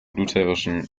lutherischen